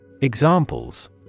Examples